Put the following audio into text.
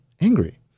angry